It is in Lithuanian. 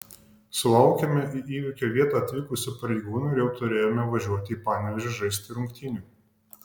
sulaukėme į įvykio vietą atvykusių pareigūnų ir jau turėjome važiuoti į panevėžį žaisti rungtynių